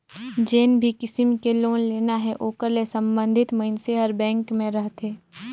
जेन भी किसम के लोन लेना हे ओकर ले संबंधित मइनसे हर बेंक में रहथे